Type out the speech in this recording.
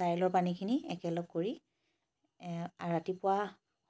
দাইলৰ পানীখিনি একেলগ কৰি ৰাতিপুৱা